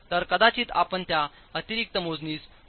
तर कदाचित आपण त्या अतिरिक्त मोजणीस दुर्लक्ष करू शकता